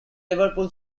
liverpool